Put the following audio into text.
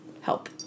help